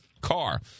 car